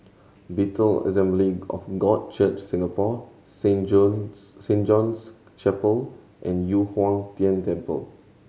Bethel Assembly of God Church Singapore Saint John's Saint John's Chapel and Yu Huang Tian Temple